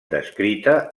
descrita